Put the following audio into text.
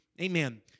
Amen